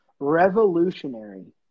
revolutionary